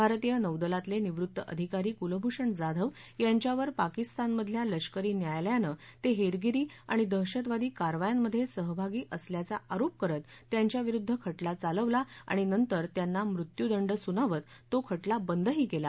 भारतीय नौदलातले निवृत्त अधिकारी कुलभूषण जाधव यांच्यावर पाकिस्तानमधल्या लष्करी न्यायालयानं ते हेरगिरी आणि दहशतवादी कारवायांमध्ये सहभागी असल्याचा आरोप करत त्यांच्याविरूद्ध खान्मा चालवला आणि नंतर त्यांना मृत्युदंड सुनावत तो ख भा बंदही केला